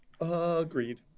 Agreed